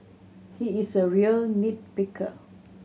he is a real nit picker